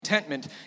contentment